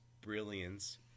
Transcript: brilliance